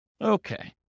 Okay